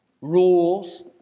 rules